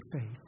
faith